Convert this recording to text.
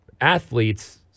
athletes